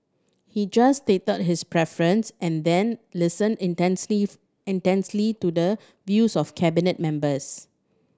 he just stated his preference and then listened intently intently to the views of Cabinet members